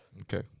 okay